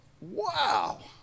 Wow